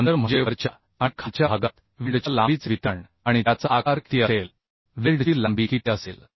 अंतर म्हणजे वरच्या आणि खालच्या भागात वेल्डच्या लांबीचे वितरण आणि त्याचा आकार किती असेल वेल्डची लांबी किती असेल